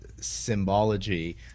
symbology